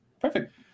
perfect